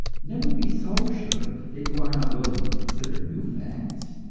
never be so sure, that you are not willing to consider new facts,